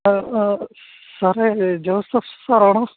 ആ സാറേ Joseph sir ആണോ